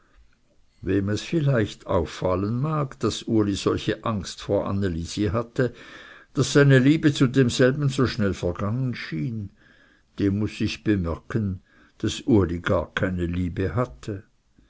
wem es vielleicht auffallen mag daß uli solche angst vor anne lisi hatte daß seine liebe zu demselben so schnell vergangen schien dem muß ich bemerken daß uli gar keine liebe hatte